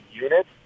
unit